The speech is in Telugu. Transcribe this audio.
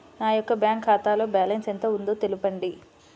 నా యొక్క బ్యాంక్ ఖాతాలో బ్యాలెన్స్ ఎంత ఉందో తెలపండి?